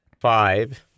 Five